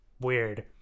weird